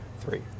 Three